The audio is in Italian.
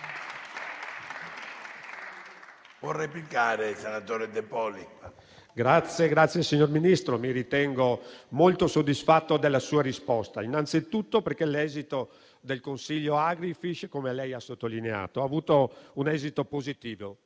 Signor Ministro, mi ritengo molto soddisfatto della sua risposta, innanzitutto perché l'esito del Consiglio Agrifish - come lei ha sottolineato, è stato positivo